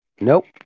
Nope